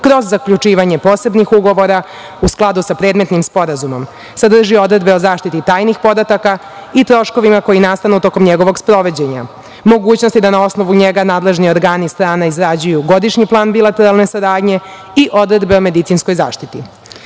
kroz zaključivanje posebnih ugovora u skladu sa predmetnim sporazumom. Sadrži odredbe o zaštiti tajnih podataka i troškovima koji nastanu tokom njegovog sprovođenja. Mogućnosti da na osnovu njega nadležni organi strana izrađuju godišnji plan bilateralne saradnje i odredbe o medicinskoj